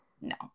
No